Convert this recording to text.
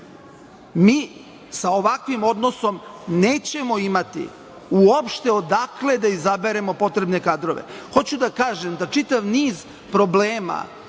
Mi sa ovakvim odnosom nećemo imati uopšte odakle da izaberemo potrebne kadrove. Hoću da kažem da čitav niz problema